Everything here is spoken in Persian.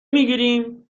میگیریم